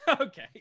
Okay